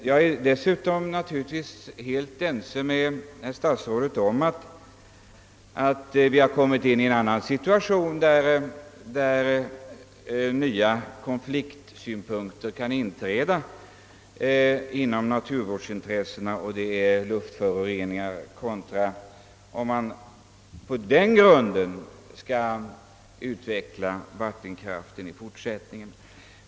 Jag är naturligtvis helt ense med herr statsrådet om att vi har kommit in i en situation, där nya konfliktanledningar kan uppträda inom naturvårdsintressena, t.ex. om man för undvikande av luftföroreningar skall bygga på vattenkraften i fortsättningen.